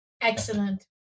Excellent